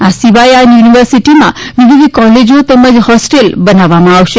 આ સિવાય આ યૂનિવર્સિટીમાં વિવિધ કોલેજો તેમજ હોસ્ટેલો બનવામાં આવશે